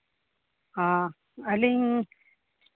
ᱦᱚᱸ ᱟᱹᱞᱤᱧ